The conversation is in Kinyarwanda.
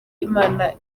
imana